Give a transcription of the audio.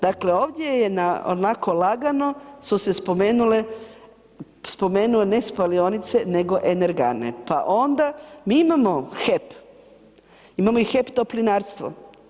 Dakle, ovdje onako lagano su se spomenule ne spalionice nego energane pa onda mi imamo HEP, imamo i HEP toplinarstvo.